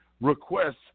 requests